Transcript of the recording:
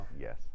Yes